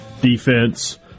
Defense